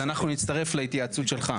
אז אנחנו נצטרף להתייעצות איתך.